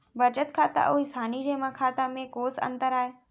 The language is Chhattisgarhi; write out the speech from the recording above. बचत खाता अऊ स्थानीय जेमा खाता में कोस अंतर आय?